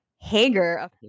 Hager